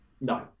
No